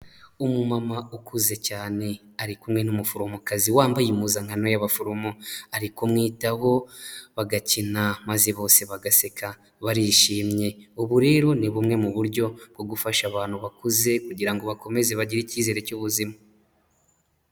Umumama ukuze cyane ari kumwe n'umuforomokazi wambaye impuzankano y'abaforomo, ari kumwitaho bagakina maze bose bagaseka barishimye, ubu rero ni bumwe mu buryo bwo gufasha abantu bakuze kugira ngo bakomeze bagire icyizere cy'ubuzima.